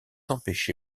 empêché